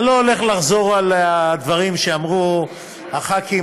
אני לא הולך לחזור על הדברים שאמרו הח"כים,